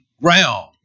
ground